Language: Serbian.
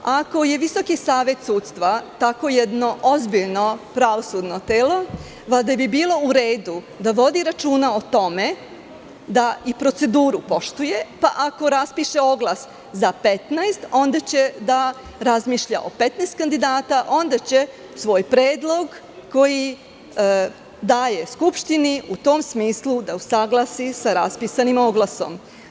Ako je Visoki savet sudstva takvo jedno ozbiljno pravosudno telo, valjda bi bilo u redu da vodi računa o tome da i proceduru poštuje, pa ako raspiše oglas za 15, onda će da razmišlja o 15 kandidata, onda će svoj predlog koji daje Skupštini u tom smislu da usaglasi sa raspisanim oglasom.